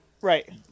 Right